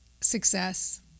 success